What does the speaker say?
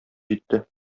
җитте